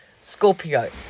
Scorpio